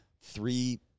three